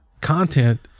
content